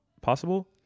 possible